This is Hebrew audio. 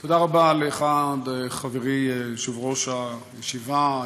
תודה רבה לך, חברי יושב-ראש הישיבה,